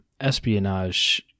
espionage